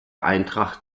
eintracht